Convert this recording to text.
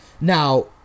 now